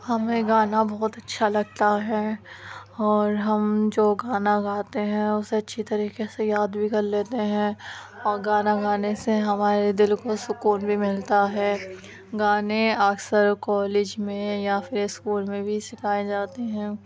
ہمیں گانا بہت اچھا لگتا ہے اور ہم جو گانا گاتے ہیں اسے اچھی طریقے سے یاد بھی کر لیتے ہیں اور گانا گانے سے ہمارے دل کو سکون بھی ملتا ہے گانے اکثر کالج میں یا پھر اسکول میں بھی سکھائے جاتے ہیں